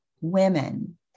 women